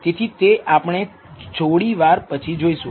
તેથી તે આપણે થોડી વાર પછી જોઈશું